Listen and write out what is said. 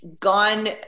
gone